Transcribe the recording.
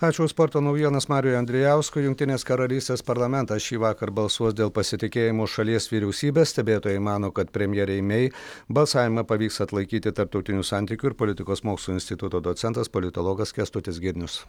ačiū už sporto naujienas mariui andrijauskui jungtinės karalystės parlamentas šįvakar balsuos dėl pasitikėjimo šalies vyriausybe stebėtojai mano kad premjerei mei balsavimą pavyks atlaikyti tarptautinių santykių ir politikos mokslų instituto docentas politologas kęstutis girnius